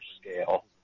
scale